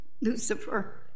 Lucifer